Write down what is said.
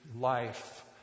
life